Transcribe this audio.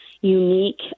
unique